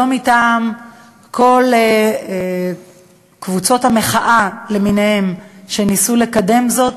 לא מטעם כל קבוצות המחאה למיניהן שניסו לקדם זאת,